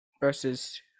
versus